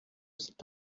cet